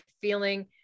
feeling